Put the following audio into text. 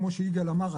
כמו שיגאל אמר,